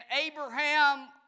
Abraham